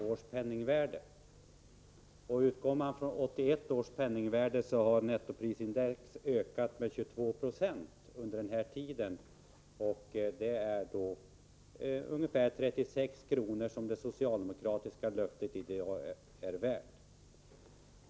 Om man utgår från 1981 års penningvärde, har nettoprisindex ökat med 22 Yo under den här tiden. Det socialdemokratiska löftet skulle då vara värt ungefär 36 kr.